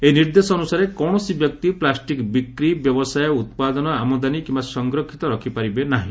ଏହି ନିର୍ଦ୍ଦେଶ ଅନୁସାରେ କୌଶସି ବ୍ୟକ୍ତି ପ୍ଲାଷ୍ଟିକ୍ ବିକ୍ରି ବ୍ୟବସାୟ ଉପାଦନ ଆମଦାନୀ କିମ୍ବା ସଂରକ୍ଷିତ ରଖିପାରିବେ ନାହି